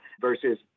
versus